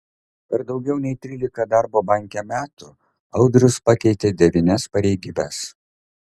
per daugiau nei trylika darbo banke metų audrius pakeitė devynias pareigybes